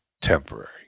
temporary